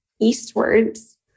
eastwards